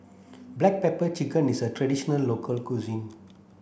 black pepper chicken is a traditional local cuisine